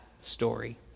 story